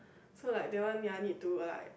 so like that one I need to like